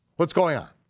what's going on?